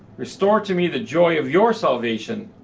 restore to me the joy of your salvation,